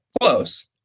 close